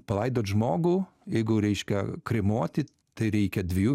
palaidot žmogų jeigu reiškia kremuoti tai reikia dviejų